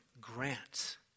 grants